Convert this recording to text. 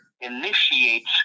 initiates